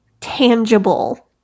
tangible